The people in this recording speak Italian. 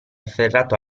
afferrato